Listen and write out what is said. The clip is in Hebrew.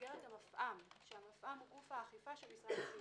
במסגרת המפע"ם, שהוא גוף האכיפה של משרד הפנים.